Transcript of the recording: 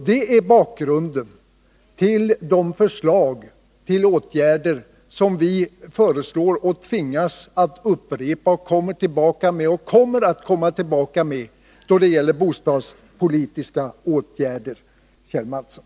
Det är bakgrunden till våra förslag till bostadspolitiska åtgärder, som vi tvingas upprepa och som vi ämnar komma tillbaka med, Kjell Mattsson.